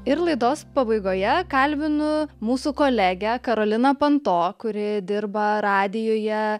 ir laidos pabaigoje kalbinu mūsų kolegę karoliną panto kuri dirba radijuje